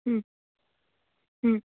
ह्म् ह्म्